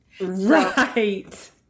right